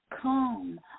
come